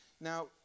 Now